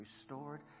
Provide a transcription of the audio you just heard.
restored